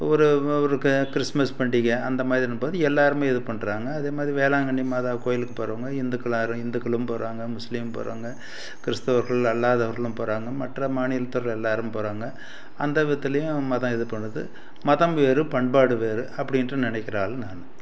ஒரு ஒரு க கிறிஸ்மஸ் பண்டிகை அந்தமாதிரி இன்னும் போது எல்லாருமே இது பண்ணுறாங்க அதே மாதிரி வேளாங்கண்ணி மாதா கோயிலுக்கு போகிறவுங்க இந்துக்கள் எல்லோரும் இந்துக்களும் போகிறாங்க முஸ்லீம் போகிறாங்க கிறிஸ்தவர்கள் அல்லாதவர்களும் போகிறாங்க மற்ற மாநிலத்தவர்கள் எல்லோரும் போகிறாங்க அந்த விதத்துலேயும் மதம் இது பண்ணுது மதம் வேறு பண்பாடு வேறு அப்படின்ட்டு நினைக்கிற ஆள் நான்